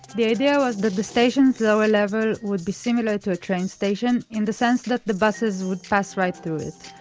the idea was that the station's lower level would be similar to a train station, in the sense that the buses would pass right through it.